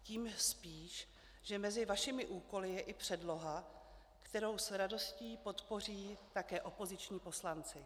Tím spíš, že mezi vašimi úkoly je i předloha, kterou s radostí podpoří také opoziční poslanci.